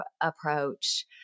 approach